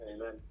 Amen